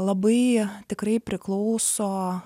labai tikrai priklauso